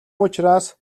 учраас